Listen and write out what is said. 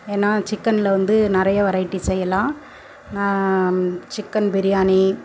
ஏன்னா சிக்கனில் வந்து நிறைய வெரைட்டி செய்யலாம் நான் சிக்கன் பிரியாணி